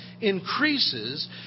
increases